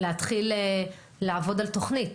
להתחיל לעבוד על תוכנית.